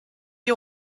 die